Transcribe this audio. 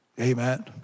Amen